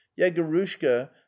yegorushka